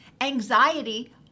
Anxiety